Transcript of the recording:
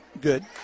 Good